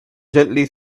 gently